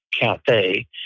Cafe